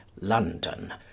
London